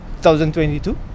2022